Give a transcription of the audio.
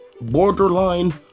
Borderline